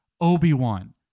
Obi-Wan